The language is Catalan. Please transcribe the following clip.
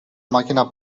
màquina